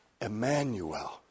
Emmanuel